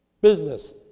business